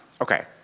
Okay